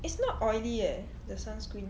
it's not oily eh the sunscreen